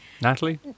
Natalie